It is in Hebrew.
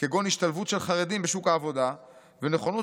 כגון השתלבות של חרדים בשוק העבודה ונכונות